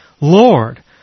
Lord